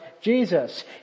Jesus